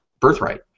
Birthright